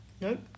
Nope